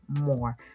more